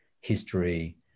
history